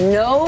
no